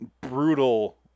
brutal